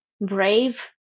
brave